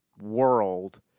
world